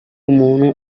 umuntu